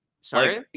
sorry